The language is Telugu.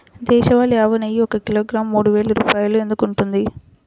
దేశవాళీ ఆవు నెయ్యి ఒక కిలోగ్రాము మూడు వేలు రూపాయలు ఎందుకు ఉంటుంది?